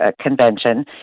convention